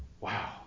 Wow